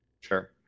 Sure